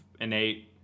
innate